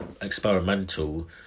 experimental